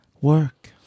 Work